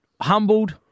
humbled